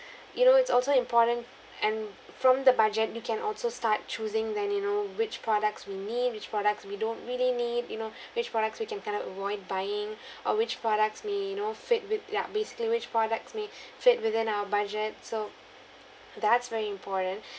you know it's also important and from the budget you can also start choosing then you know which products we need which products we don't really need you know which products we can kind of avoid buying or which products may you know fit with ya basically which products may fit within our budget so that's very important